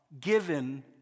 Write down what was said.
given